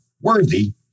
worthy